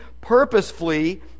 purposefully